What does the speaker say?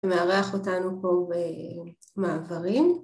ומארח אותנו פה ב"מעברים".